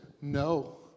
no